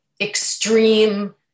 extreme